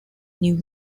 new